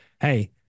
hey